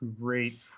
great